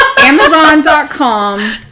Amazon.com